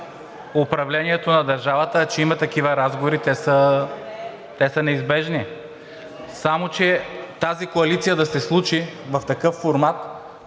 управлението на държавата. А че има такива разговори, те са неизбежни. Само че тази коалиция да се случи в такъв формат,